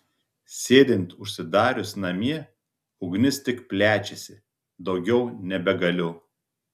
sėdint užsidarius namie ugnis tik plečiasi daugiau nebegaliu